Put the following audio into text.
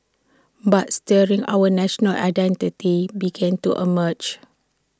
but stirrings our national identity began to emerge